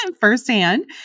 firsthand